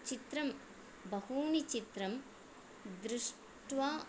चित्रं बहूनि चित्रं दृष्ट्वा